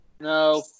No